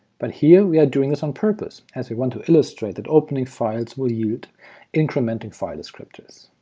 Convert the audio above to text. but here we are doing this on purpose, as we want to illustrate that opening files will yield incrementing file descriptors.